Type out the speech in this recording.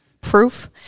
proof